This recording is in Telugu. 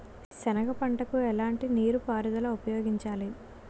సెనగ పంటకు ఎలాంటి నీటిపారుదల ఉపయోగించాలి?